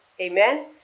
Amen